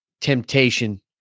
temptation